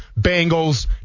Bengals